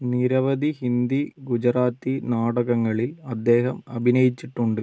നിരവധി ഹിന്ദി ഗുജറാത്തി നാടകങ്ങളിൽ അദ്ദേഹം അഭിനയിച്ചിട്ടുണ്ട്